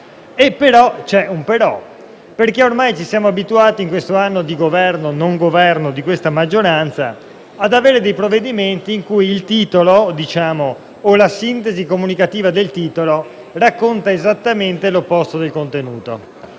C'è un «però», perché ormai ci siamo abituati in questo anno di Governo-non Governo di questa maggioranza ad avere dei provvedimenti in cui il titolo, o la sintesi comunicativa del titolo, racconta esattamente l'opposto del contenuto.